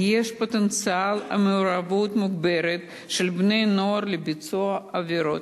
יש פוטנציאל למעורבות מוגברת של בני-נוער בביצוע עבירות